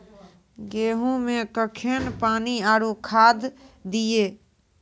गेहूँ मे कखेन पानी आरु खाद दिये?